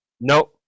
no